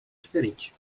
diferente